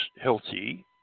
healthy